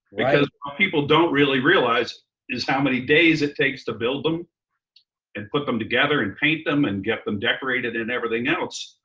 because what people don't really realize is how many days it takes to build them and put them together and paint them and get them decorated and everything else.